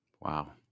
Wow